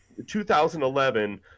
2011